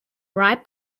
ripe